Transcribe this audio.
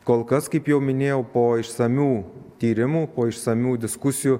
kol kas kaip jau minėjau po išsamių tyrimų po išsamių diskusijų